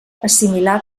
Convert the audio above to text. assimilar